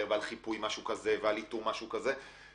ועל חיפוי משהו כזה ועל איטום משהו כזה,